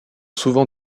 souvent